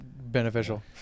beneficial